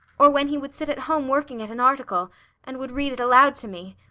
or when he would sit at home working at an article and would read it aloud to me.